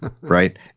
right